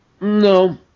No